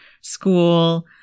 school